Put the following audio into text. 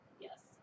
Yes